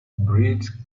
breeds